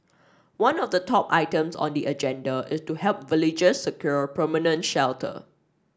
one of the top items on the agenda is to help villagers secure permanent shelter